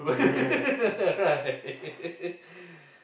right